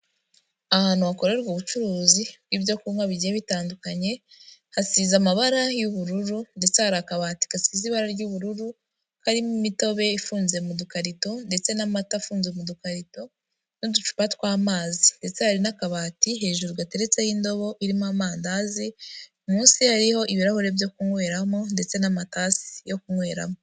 Ahantu hakorerwa ubucuruzi bw'ibyo kunywa bigiye bitandukanye, hasize amabara y'ubururu, ndetse hari akabati gasize ibara ry'ubururu, karimo imitobe ifunze mu dukarito ndetse n'amata afunze mu dukarito, n'uducupa tw'amazi. Ndetse hari n'akabati hejuru gateretseho indobo irimo amandazi, munsi yaho iriho ibirahuri byo kunyweramo ndetse n'amatasi yo kunyweramo.